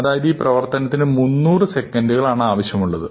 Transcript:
അതായത് ഈ പ്രവർത്തനത്തിന് 300 സെക്കൻഡുകലാണ് ആവശ്യമുള്ളത്